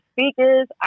speakers